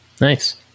Nice